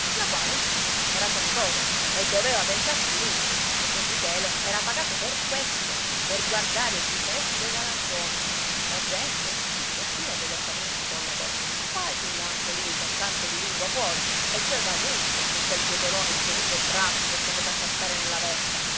la quale infine era sua nipote e doveva pensarci lui e don michele era pagato per questo per guardare gli interessi dei galantuomini la gente si divertiva a veder padron cipolla correre di qua e di là anche lui con tanto di lingua fuori e ci aveva gusto che quel bietolone di suo figlio brasi fosse andato a cascare nella vespa